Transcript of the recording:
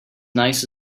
nice